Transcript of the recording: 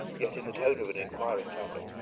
yet in the tone of an inquiring traveler.